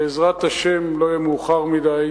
בעזרת השם, אם לא יהיה מאוחר מדי,